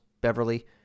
Beverly